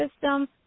system